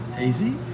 easy